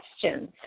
questions